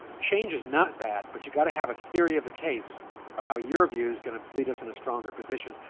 change is not bad, but you've got to have a theory of the case of how your views are going to lead us in a stronger position.